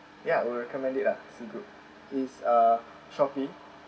yeah will recommended it ah C group it's uh Shopee